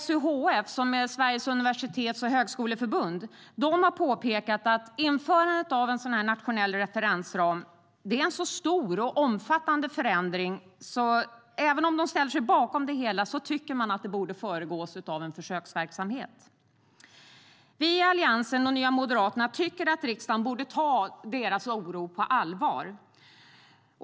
SUHF, Sveriges universitets och högskoleförbund, har påpekat att införandet av en nationell referensram är en stor och omfattande förändring. Även om de ställer sig bakom det hela tycker de att det borde föregås av en försöksverksamhet. Vi i Alliansen och Nya moderaterna tycker att riksdagen borde ta deras oro på allvar.